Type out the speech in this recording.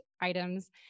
items